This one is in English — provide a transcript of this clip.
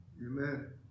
Amen